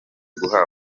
guhabwa